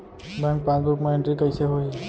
Bank passbook मा entry कइसे होही?